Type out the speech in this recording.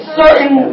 certain